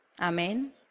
Amen